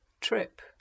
Trip